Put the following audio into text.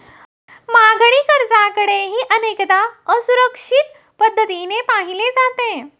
मागणी कर्जाकडेही अनेकदा असुरक्षित पद्धतीने पाहिले जाते